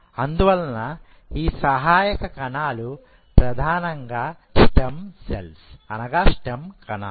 అందువలన ఈ సహాయక కణాలు ప్రధానంగా స్టెమ్కణాలు